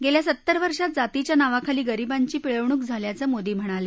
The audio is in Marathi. गेल्या सत्तर वर्षात जातीच्या नावाखाली गरीबांची पिळवणूक झाल्याचं मोदी म्हणाले